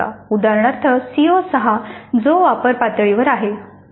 उदाहरणार्थ सीओ 6 जो वापर पातळीवर आहे